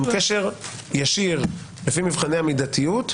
עם קשר ישיר לפי מבחני המידתיות.